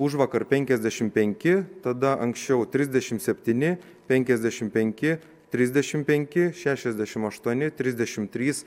užvakar penkiasdešim penki tada anksčiau trisdešim septyni penkiasdešim penki trisdešim penki šešiasdešim aštuoni trisdešim trys